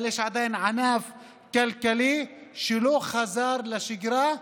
אבל יש עדיין ענף כלכלי שלא חזר לשגרה,